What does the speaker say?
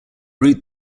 route